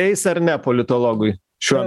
eis ar ne politologui šiuo